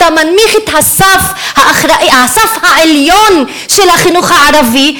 אתה מנמיך את הסף העליון של החינוך הערבי,